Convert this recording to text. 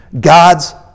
God's